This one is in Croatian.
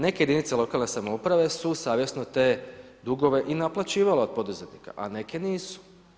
Neke jedinice lokalne samouprave su savjesno te dugove i naplaćivale od poduzetnika, a neke nisu.